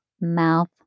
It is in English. mouth